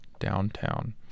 downtown